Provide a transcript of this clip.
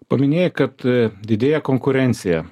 paminėjai kad didėja konkurencija